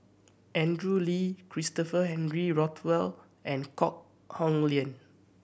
Andrew Lee Christopher Henry Rothwell and Kok Heng Leun